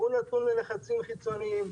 נתון ללחצים חיצוניים,